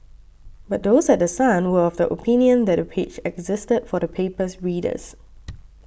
but those at The Sun were of the opinion that the page existed for the paper's readers